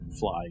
fly